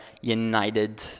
united